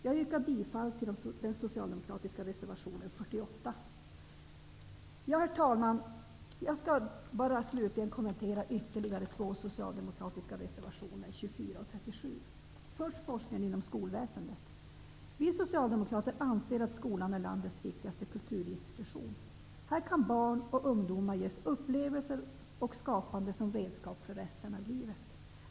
Jag yrkar bifall till den socialdemokratiska reservationen 48. Herr talman! Jag skall slutligen bara kommentera ytterligare två socialdemokratiska reservationer, 24 Vi socialdemokrater anser att skolan är landets viktigaste kulturinstitution. Här kan barn och ungdomar ges upplevelser och skapande som redskap för resten av livet.